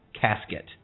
casket